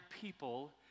people